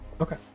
Okay